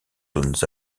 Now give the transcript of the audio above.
zones